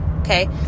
okay